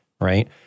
right